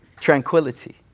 Tranquility